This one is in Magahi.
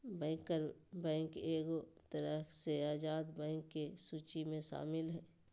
बैंकर बैंक एगो तरह से आजाद बैंक के सूची मे शामिल हय